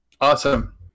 awesome